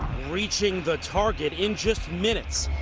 reaching the target in just minutes.